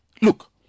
Look